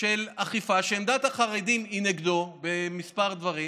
של אכיפה שעמדת החרדים היא נגדו בכמה דברים.